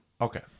Okay